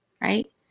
right